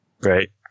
Right